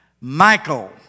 Michael